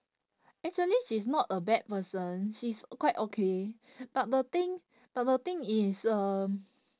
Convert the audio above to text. actually she's not a bad person she's quite okay but the thing but the thing is um